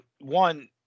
one